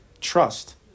trust